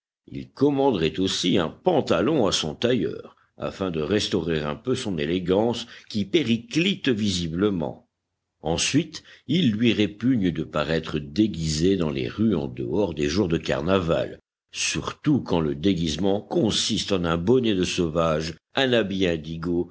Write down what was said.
il commanderait aussi un pantalon à son tailleur afin de restaurer un peu son élégance qui périclite visiblement ensuite il lui répugne de paraître déguisé dans les rues en dehors des jours de carnaval surtout quand le déguisement consiste en un bonnet de sauvage un habit indigo